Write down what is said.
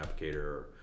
applicator